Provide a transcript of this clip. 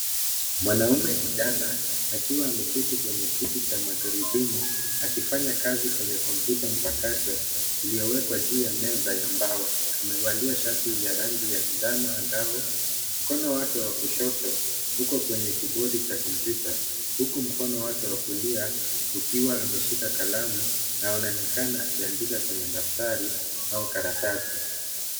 Mwanaume kijana akiwa ameketi kwenye kiti cha magurudumu akifanya kazi kwenye kompyuta mpakato iliyowekwa juu ya meza ya mbao, amevalia shati ya rangi ya njano angavu. Mkono wake wa kushoto uko kwenye kibodi cha kompyuta, huku mkono wake wa kulia ukiwa ameshika kalamu na anaonekana akiandika kwenye daftari au karatasi.